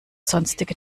sonstige